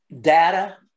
data